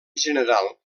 general